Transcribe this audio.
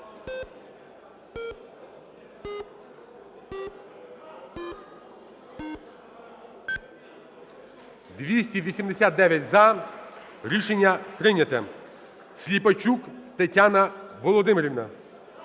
За-289 Рішення прийнято. Сліпачук Тетяна Володимирівна.